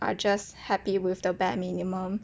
are just happy with the bare minimum